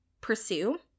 pursue